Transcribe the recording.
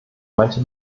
manche